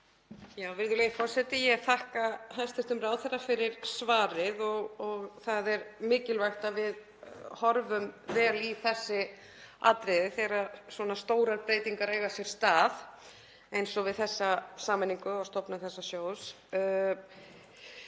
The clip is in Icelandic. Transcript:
Virðulegi forseti. Ég þakka hæstv. ráðherra fyrir svarið og það er mikilvægt að við horfum vel í þessi atriði þegar svona stórar breytingar eiga sér stað eins og við þessa sameiningu og stofnun þessa sjóðs.